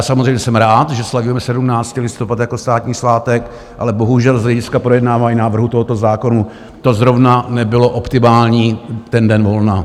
Samozřejmě jsem rád, že slavíme 17. listopad jako státní svátek, ale bohužel, z hlediska projednávání návrhu tohoto zákona zrovna nebyl optimální ten den volna.